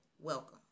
welcome